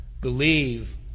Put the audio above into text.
believe